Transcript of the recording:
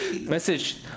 message